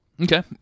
Okay